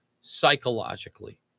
psychologically